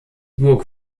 burg